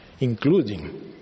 including